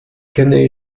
kenne